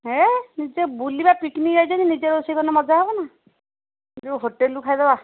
ହେ ନିଜେ ବୁଲିବା ପିକ୍ନିକ୍ ଯାଇଛେ ନିଜେ ରୋଷେଇ କଲେ ମଜା ହେବ ନା ଯୋଉ ହୋଟେଲ୍ରୁ ଖାଇ ଦେବା